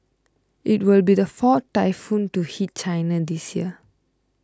it will be the fourth typhoon to hit China this year